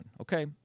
okay